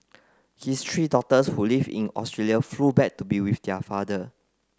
his three daughters who live in Australia flew back to be with their father